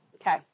Okay